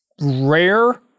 rare